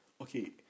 okay